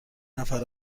نفر